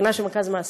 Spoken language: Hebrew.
מכינה של מרכז מעשה,